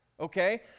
Okay